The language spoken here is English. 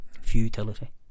futility